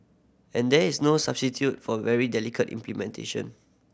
and there is no substitute for very dedicated implementation